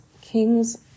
kings